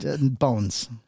Bones